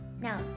Now